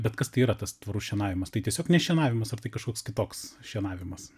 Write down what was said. bet kas tai yra tas tvarus šienavimas tai tiesiog nešienavimas ar tai kažkoks kitoks šienavimas